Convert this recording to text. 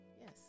Yes